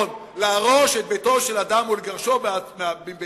להרוס את ביתו של אדם ולגרשו מביתו,